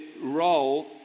role